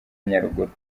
nyaruguru